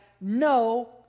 no